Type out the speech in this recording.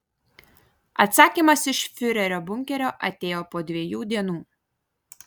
atsakymas iš fiurerio bunkerio atėjo po dviejų dienų